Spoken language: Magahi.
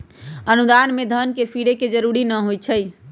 अनुदान में धन के फिरे के जरूरी न होइ छइ